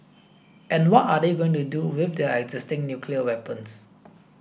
and what are they going to do with their existing nuclear weapons